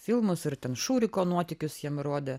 filmus ir ten šūriko nuotykius jiem rodė